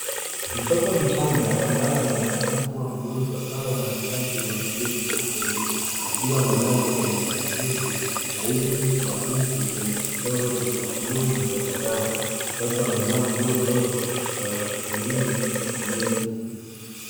Mtoto mchanga ambaye anaonekana kuwa mgonjwa au anahitaji uangalizi maalum akiwa amelala kwenye blanketi laini la pinki lenye michoro la bluu na zambarau. Mtoto amevaa nguo ndogo za hospitalini na nepi.